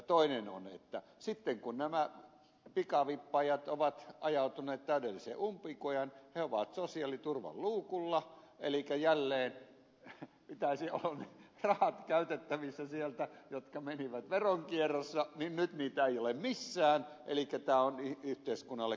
toinen on että sitten kun nämä pikavippaajat ovat ajautuneet täydelliseen umpikujaan he ovat sosiaaliturvan luukulla elikkä jälleen pitäisi olla ne rahat käytettävissä sieltä jotka menivät veronkierrossa mutta nyt niitä ei ole missään elikkä tämä on yhteiskunnalle kaksinkertainen katast rofi